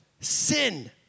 sin